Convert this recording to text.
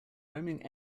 roaming